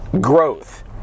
growth